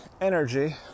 energy